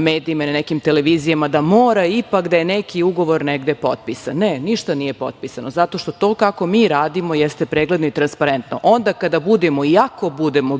medijima ili na nekim televizijama da mora ipak da je neki ugovor negde potpisan. Ne, ništa nije potpisano, zato što kako mi radimo jeste pregledno i transparentno. Onda kada budemo i ako budemo bilo